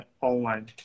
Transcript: online